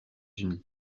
unis